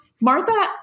Martha